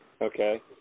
Okay